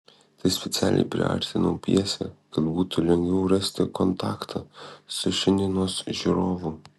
tad specialiai priartinau pjesę kad būtų lengviau rasti kontaktą su šiandienos žiūrovu